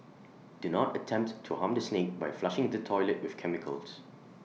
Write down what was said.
do not attempt to harm the snake by flushing the toilet with chemicals